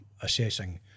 assessing